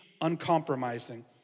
uncompromising